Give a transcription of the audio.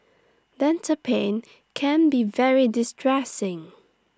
dental pain can be very distressing